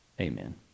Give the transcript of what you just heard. Amen